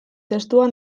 testua